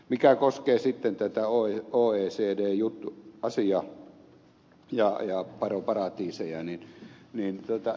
mikä koskee sitten tätä oecd asiaa ja veroparatiiseja niin ed